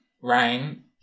rain